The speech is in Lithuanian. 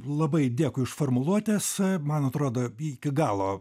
labai dėkui už formuluotes man atrodo abi iki galo